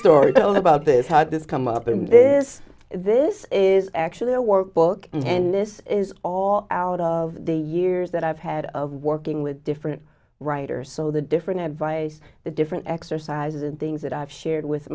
story about this had this come up and there is this is actually a workbook and this is all out of the years that i've had of working with different writers so the different advice the different exercises and things that i've shared with